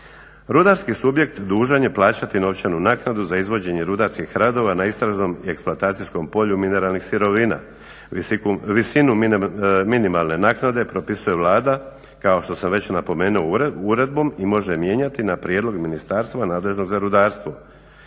Rudarski subjekt dužan je plaćati novčanu naknadu za izvođenje rudarskih radova na istražnom eksploatacijskom polju mineralnih sirovina. Visina minimalne naknade propisuje Vlada kao što sam već napomenuo uredbom i može je mijenjati na prijedlog ministarstva nadležnog za rudarstvo.